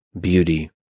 beauty